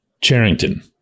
Charrington